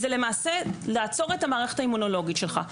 זה למעשה לעצור את המערכת האימונולוגית שלך.